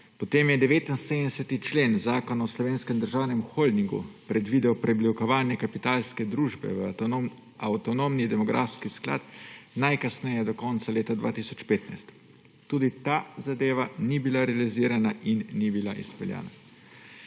Potem je 79. člen Zakona o Slovenskem državnem holdingu predvidel preoblikovanje Kapitalske družbe v avtonomni demografski sklad najkasneje do konca leta 2015. Tudi ta zadeva ni bila realizirana in ni bila izpeljana.